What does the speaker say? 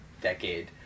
decade